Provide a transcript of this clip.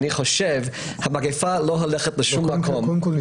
אני חושב שהמגיפה לא הולכת לשום מקום -- קודם כל,